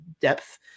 depth